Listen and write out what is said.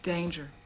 Danger